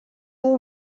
will